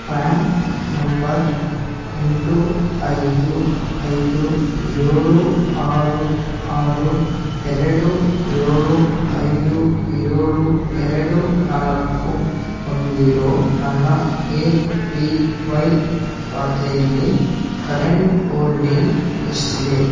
PRAN number ಎಂಟು ಐದು ಐದು ಏಳು ಆರು ಆರು ಎರಡು ಏಳು ಐದು ಏಳು ಎರಡು ನಾಲ್ಕು ಹೊಂದಿರೋ ನನ್ನ ಎ ಪಿ ವೈ ಖಾತೆಯಲ್ಲಿ ಕರೆಂಟ್ ಹೋಲ್ಡಿಂಗ್ ಎಷ್ಟಿದೆ